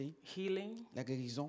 healing